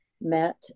met